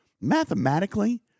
mathematically